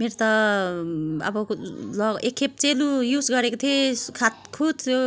मेरो त अब एक खेप चाहिँ लु युज गरेको थिएँ खातखुत त्यो